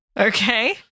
Okay